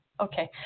Okay